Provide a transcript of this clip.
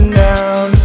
down